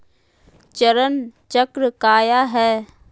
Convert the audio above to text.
चरण चक्र काया है?